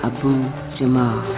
Abu-Jamal